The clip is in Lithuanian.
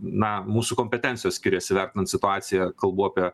na mūsų kompetencijos skiriasi vertinant situaciją kalbu apie